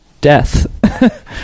death